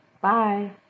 Bye